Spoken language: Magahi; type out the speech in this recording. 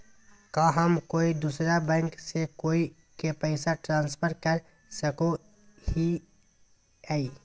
का हम कोई दूसर बैंक से कोई के पैसे ट्रांसफर कर सको हियै?